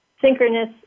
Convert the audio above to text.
synchronous